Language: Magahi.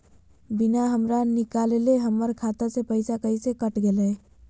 बिना हमरा निकालले, हमर खाता से पैसा कैसे कट गेलई?